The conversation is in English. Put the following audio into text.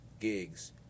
gigs